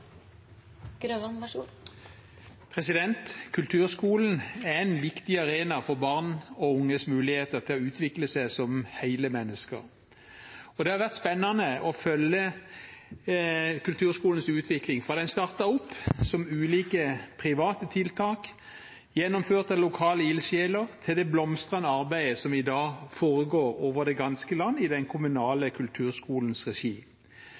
en viktig arena for barn og unges muligheter til å utvikle seg som hele mennesker. Det har vært spennende å følge kulturskolens utvikling fra den startet opp som ulike private tiltak gjennomført av lokale ildsjeler, til det blomstrende arbeidet som i dag foregår over det ganske land i den kommunale kulturskolens regi.